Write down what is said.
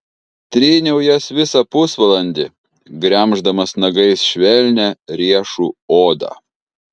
tryniau jas visą pusvalandį gremždamas nagais švelnią riešų odą